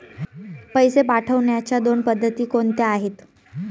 पैसे पाठवण्याच्या दोन पद्धती कोणत्या आहेत?